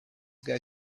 guy